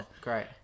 great